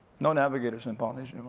no navigators in polynesia,